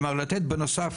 כלומר, לתת בנוסף.